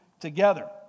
together